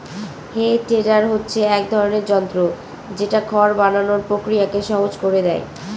হে tedder হচ্ছে এক ধরনের যন্ত্র যেটা খড় বানানোর প্রক্রিয়াকে সহজ করে দেয়